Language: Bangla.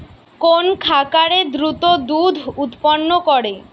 কোন খাকারে দ্রুত দুধ উৎপন্ন করে?